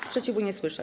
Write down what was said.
Sprzeciwu nie słyszę.